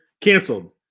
canceled